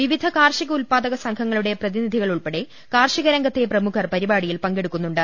വിവിധ കാർഷക ഉത്പാദക സംഘങ്ങളുടെ പ്രതിനിധി കളുൾപ്പെടെ കാർഷിക രംഗത്തെ പ്രമുഖർ പരിപാടിയിൽ പങ്കെടുക്കുന്നുണ്ട്